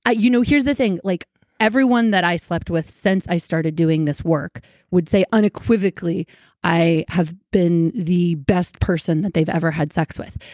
you know, here's the thing. like everyone that i slept with since i started doing this work would say unequivocally i have been the best person that they've ever had sex with.